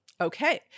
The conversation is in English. Okay